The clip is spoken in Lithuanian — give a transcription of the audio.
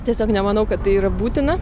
tiesiog nemanau kad tai yra būtina